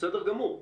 בסדר גמור.